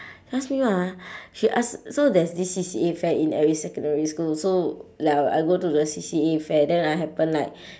ask me what ah she asked so there's this C_C_A fair in every secondary school so like I'll I go to the C_C_A fair then I happen like